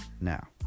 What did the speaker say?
Now